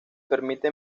permite